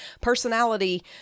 personality